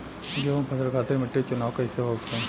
गेंहू फसल खातिर मिट्टी चुनाव कईसे होखे?